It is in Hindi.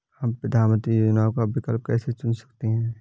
हम प्रधानमंत्री योजनाओं का विकल्प कैसे चुन सकते हैं?